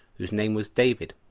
whose name was david,